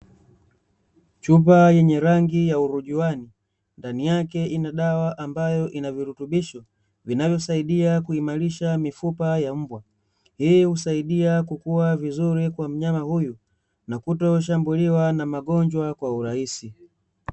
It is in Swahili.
Chupa yenye rangi ya urujuani, ndani yake ina dawa ambayo ina virutubisho, vinavyosaidia kuimarisha mifupa ya mbwa. Hii husaidia kukua vizuri kwa mnyama huyu, na kutoshambuliwa na magonjwa kwa urahisi.